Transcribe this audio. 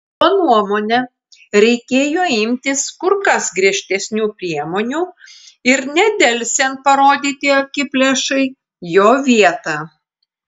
jo nuomone reikėjo imtis kur kas griežtesnių priemonių ir nedelsiant parodyti akiplėšai jo vietą